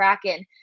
Kraken